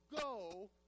go